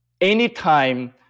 anytime